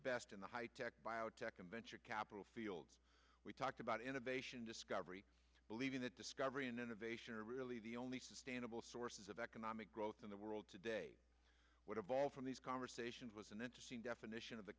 best in the high tech biotech and venture capital fields we talked about innovation discovery believing that discovery and innovation are really the only sustainable sources of economic growth in the world today would have all from these conversations was an interesting definition of the